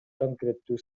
конкреттүү